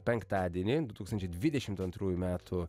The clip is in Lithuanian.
penktadienį du tūkstančiai dvidešimt antrųjų metų